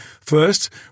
First